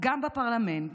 גם בפרלמנט,